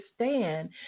understand